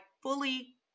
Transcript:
fully